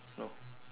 no